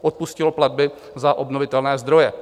Odpustilo platby za obnovitelné zdroje.